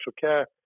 care